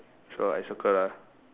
so I circle ah